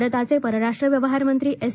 भारताचे परराष्ट्र व्यवहार मंत्री एस